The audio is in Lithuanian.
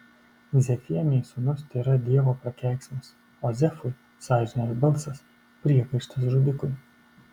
zefienei sūnus tėra dievo prakeiksmas o zefui sąžinės balsas priekaištas žudikui